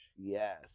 yes